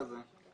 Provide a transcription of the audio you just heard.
נכון.